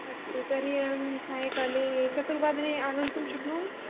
अस्तु तर्हि अहं सायङ्काले चतुर्वादने आगन्तुं शक्नोमि